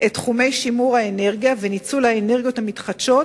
את תחומי שימור האנרגיה וניצול האנרגיות המתחדשות